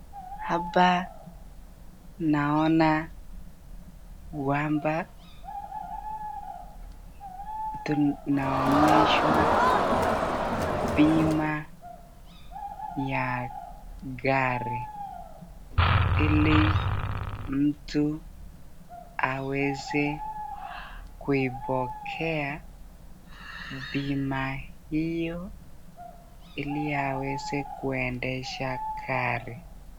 Hapa naona kwamba tunaonyeshwa bima ya gari ili mtu aweze kuipokea bima hiyo ili aweze kuendesha gari.